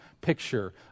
picture